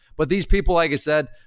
but these people, like i said,